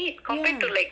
ya